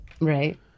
right